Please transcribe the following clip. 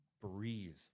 breathe